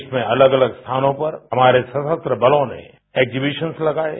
देश में अलग अलग स्थानों पर हमारे सशस्त्र बलों ने एकजीबीशन्स लगाये